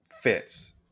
fits